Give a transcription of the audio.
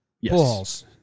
Yes